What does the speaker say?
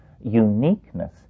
uniqueness